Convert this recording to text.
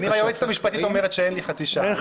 היועצת המשפטית אומרת שאין לי חצי שעה,